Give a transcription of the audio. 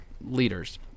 leaders